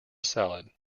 salad